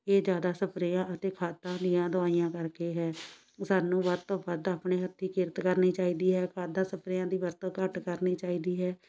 ਇਹ ਜ਼ਿਆਦਾ ਸਪਰੇਆਂ ਅਤੇ ਖਾਦਾਂ ਦੀਆਂ ਦਵਾਈਆਂ ਕਰਕੇ ਹੈ ਸਾਨੂੰ ਵੱਧ ਤੋਂ ਵੱਧ ਆਪਣੇ ਹੱਥੀ ਕਿਰਤ ਕਰਨੀ ਚਾਹੀਦੀ ਹੈ ਖਾਦਾਂ ਸਪਰੇਆਂ ਦੀ ਵਰਤੋਂ ਘੱਟ ਕਰਨੀ ਚਾਹੀਦੀ ਹੈ